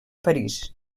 parís